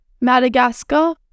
Madagascar